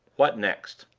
what next?